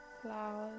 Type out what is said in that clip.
flowers